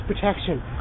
protection